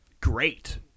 great